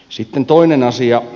sitten toinen asia